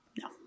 no